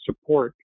support